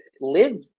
live